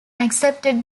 accepted